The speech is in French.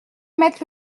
mettre